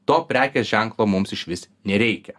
to prekės ženklo mums išvis nereikia